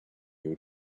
you